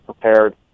prepared